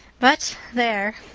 but there,